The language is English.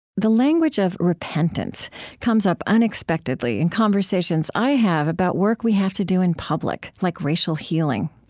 the language of repentance comes up unexpectedly in conversations i have about work we have to do in public, like racial healing.